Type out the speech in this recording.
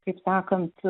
kaip sakant